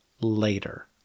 later